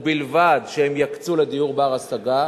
ובלבד שהם יקצו לדיור בר-השגה.